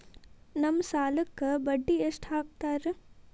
ನಮ್ ಸಾಲಕ್ ಬಡ್ಡಿ ಎಷ್ಟು ಹಾಕ್ತಾರ?